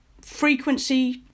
frequency